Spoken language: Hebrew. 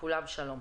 לכולם שלום.